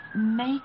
make